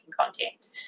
content